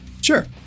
sure